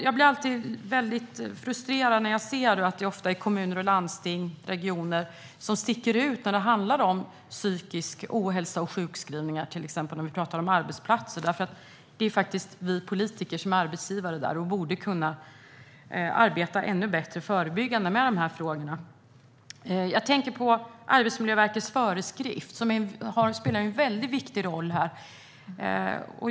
Jag blir alltid frustrerad när jag ser att det är ofta är kommuner, landsting och regioner som sticker ut bland arbetsplatserna när det handlar om psykisk ohälsa och sjukskrivningar. Det är ju vi politiker som är arbetsgivare där. Vi borde kunna arbeta ännu bättre förebyggande med dessa frågor. Arbetsmiljöverkets föreskrift spelar en väldigt viktig roll.